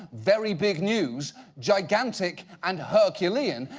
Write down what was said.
very big news, gigantic, and herculean,